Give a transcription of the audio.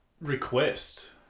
request